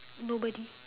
nobody